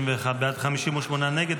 51 בעד, 58 נגד.